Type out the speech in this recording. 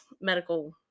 medical